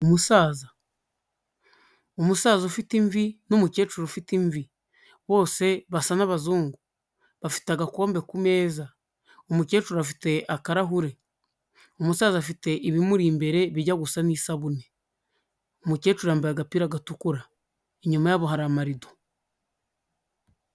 Umusaza, umusaza ufite imvi n'umukecuru ufite imvi, bose basa n'abazungu ,bafite agakombe kumeza, umukecuru afite akarahure ,umusaza afite ibimuri imbere bijya gusa n'isabune, umukecuru yambaye agapira gatukura, inyuma yabo harira amarido.